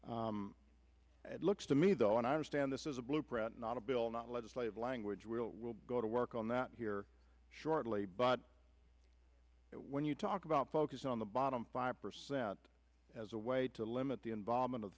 means it looks to me though and i will stand this is a blueprint not a bill not a legislative language we'll we'll go to work on that here shortly but when you talk about focus on the bottom five percent as a way to limit the involvement of